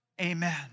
Amen